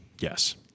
Yes